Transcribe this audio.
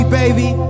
baby